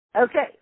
Okay